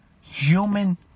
human